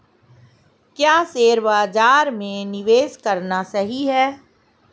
क्या शेयर बाज़ार में निवेश करना सही है?